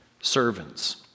servants